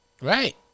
Right